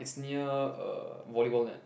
it's near a volleyball net